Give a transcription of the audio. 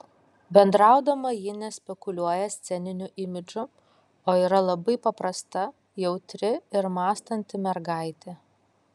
bendraudama ji nespekuliuoja sceniniu imidžu o yra labai paprasta jautri ir mąstanti mergaitė